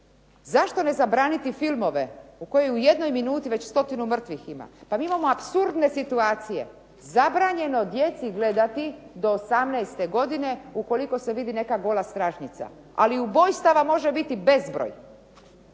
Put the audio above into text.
Zašto ne zabraniti filmove koji u jednoj minuti već stotinu mrtvih ima? Pa mi imamo apsurdne situacije, zabranjeno djeci gledati do 18. godine ukoliko se vidi neka gola stražnjica, ali ubojstava može biti bezbroj.